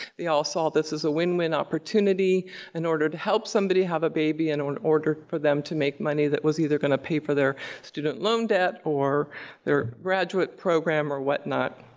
they all saw this as a win-win opportunity in order to help somebody have a baby and or in order for them to make money that was either gonna pay for their student loan debt or graduate program or whatnot.